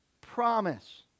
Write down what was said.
promise